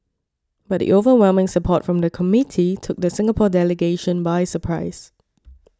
but the overwhelming support from the committee took the Singapore delegation by surprise